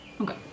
Okay